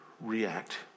react